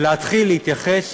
וכן להתחיל להתייחס